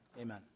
amen